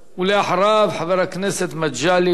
אחריו, חבר הכנסת מגלי והבה.